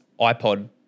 iPod –